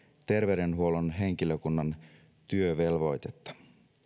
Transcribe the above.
terveydenhuollon henkilökunnan työvelvoitetta